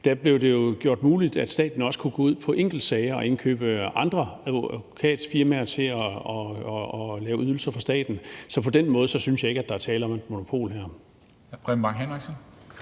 blev gjort muligt, at staten også kunne gå ud i enkeltsager og indkøbe arbejde fra andre advokatfirmaer, så de kan lave ydelser for staten. Så på den måde synes jeg ikke at der her er tale om et monopol.